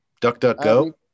DuckDuckGo